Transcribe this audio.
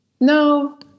no